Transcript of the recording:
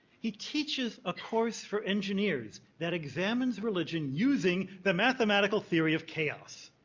he teaches a course for engineers that examines religion using the mathematical theory of chaos.